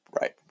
Right